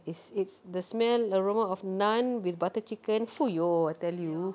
it's it's the smell aroma of naan with butter chicken fuyoh I tell you